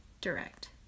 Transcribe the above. direct